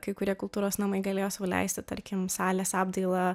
kai kurie kultūros namai galėjo sau leisti tarkim salės apdailą